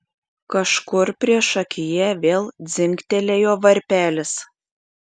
kažkur priešakyje vėl dzingtelėjo varpelis